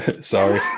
Sorry